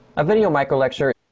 a video micro lecture.